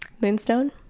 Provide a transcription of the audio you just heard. moonstone